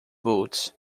boots